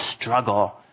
struggle